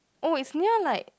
oh it's near like